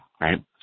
right